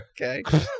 Okay